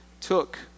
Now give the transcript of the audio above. took